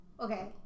okay